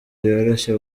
yoroshye